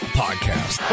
podcast